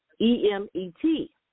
E-M-E-T